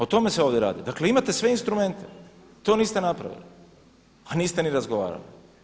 O tome se ovdje radi, dakle imate sve instrumente i to niste napravili, a niste ni razgovarali.